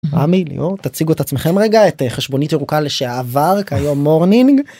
רמי, תציגו את עצמכם רגע, את "חשבונית ירוקה", לשעבר, כיום "מורנינג".